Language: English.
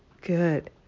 good